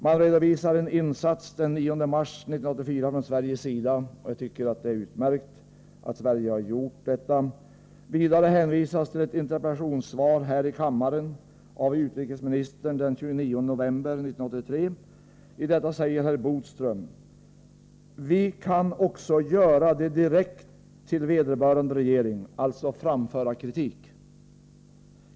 Man redovisar en insats den 9 mars 1984 från Sveriges sida, och det är utmärkt att Sverige har gjort detta. Vidare hänvisas till ett interpellationssvar här i kammaren av utrikesministern den 29 november 1983. I detta säger herr Bodström: ”Vi kan också göra det direkt till vederbörande regering”, dvs. framföra kritik!